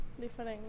Different